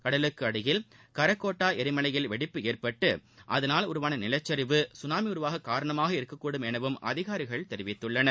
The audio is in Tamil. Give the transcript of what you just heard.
கடலுக்கடியில் காரகட்டோவா எரிமலையில் வெடிப்பு ஏற்பட்டு அதனால் உருவான நிலச்சரிவு சுனாமி உருவாக காரணமாக இருக்கக்கூடும் எனவும் அதிகாரிகள் கூறியுள்ளனர்